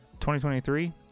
2023